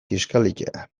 kiskalita